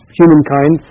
humankind